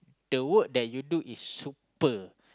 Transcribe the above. the work that you do is super